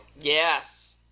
Yes